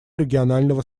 регионального